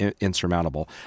insurmountable